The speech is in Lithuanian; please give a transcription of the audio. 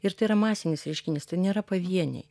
ir tai yra masinis reiškinys tai nėra pavieniai